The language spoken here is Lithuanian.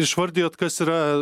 išvardijot kas yra